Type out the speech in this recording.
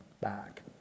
back